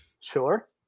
sure